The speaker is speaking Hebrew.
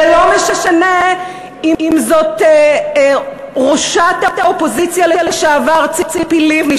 ולא משנה אם זאת ראשת האופוזיציה לשעבר ציפי לבני,